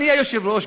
אדוני היושב-ראש,